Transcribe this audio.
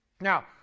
Now